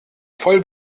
voll